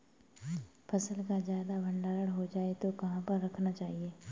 फसल का ज्यादा भंडारण हो जाए तो कहाँ पर रखना चाहिए?